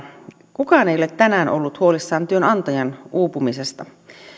kukaan ei ole tänään ollut huolissaan työnantajan uupumisesta